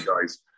guys